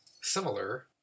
similar